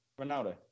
Ronaldo